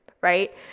right